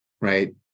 right